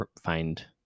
find